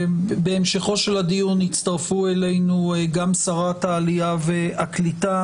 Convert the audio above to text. בהמשכו של הדיון יצטרפו אלינו גם שרת העלייה והקליטה